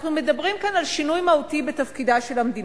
אנחנו מדברים כאן על שינוי מהותי בתפקידה של המדינה,